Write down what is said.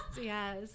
yes